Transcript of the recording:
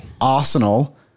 Arsenal